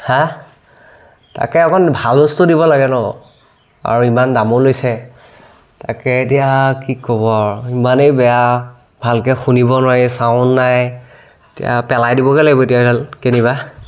হাঁ তাকে অকণ ভাল বস্তু দিব লাগে ন আৰু ইমান দামো লৈছে তাকে এতিয়া কি ক'ব আৰু ইমানেই বেয়া ভালকৈ শুনিব নোৱাৰি ছাউণ্ড নাই এতিয়া পেলাই দিবগৈ লাগিব সেইডাল কেনিবা